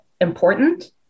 important